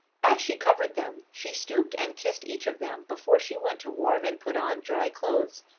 as she covered them she stooped and kissed each of them before she went to warm and put on dry clothes,